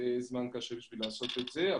זה זמן קשה בשביל לעשות את זה,